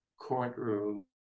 courtroom